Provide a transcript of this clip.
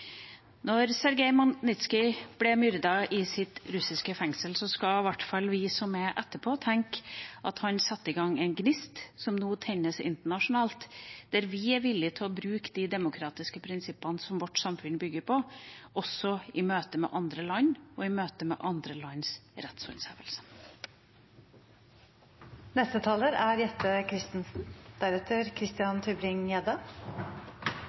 ble myrdet i russisk fengsel. Vi som er igjen, skal i hvert fall tenke at han satte i gang en gnist som nå tennes internasjonalt, der vi er villig til å bruke de demokratiske prinsippene som vårt samfunn bygger på, også i møte med andre land og i møte med andre lands